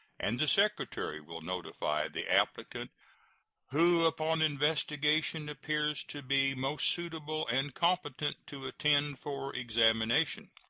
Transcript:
and the secretary will notify the applicant who upon investigation appears to be most suitable and competent to attend for examination